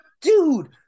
dude